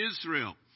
Israel